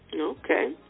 Okay